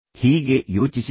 ಹೀಗೆ ಯೋಚಿಸಿದರು